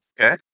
Okay